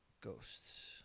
Ghosts